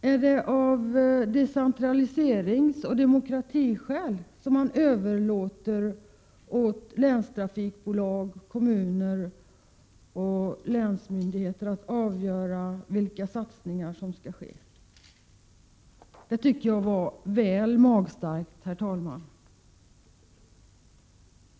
Är det av decentraliseringsoch demokratiskäl som man överlåter åt länstrafikbolag, kommuner och länsmyndigheter att avgöra vilka satsningar som skall ske? Det tycker jag är väl magstarkt, herr talman.